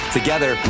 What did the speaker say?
together